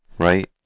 Right